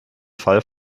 fall